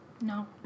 No